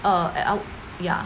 uh ya